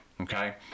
Okay